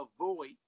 avoid